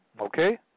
Okay